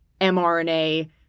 mRNA